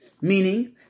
meaning